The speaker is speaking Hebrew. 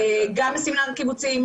גם בסמינר הקיבוצים,